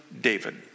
david